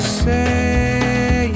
say